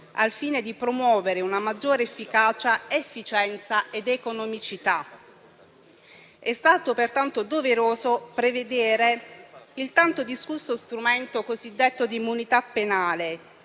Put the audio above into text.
al fine di promuovere una maggiore efficacia, efficienza ed economicità. È stato pertanto doveroso prevedere il tanto discusso strumento cosiddetto di immunità penale,